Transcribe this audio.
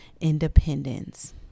independence